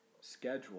schedule